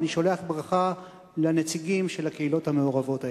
אני שולח ברכה לנציגים של הקהילות המעורבות האלה.